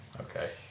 Okay